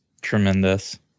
tremendous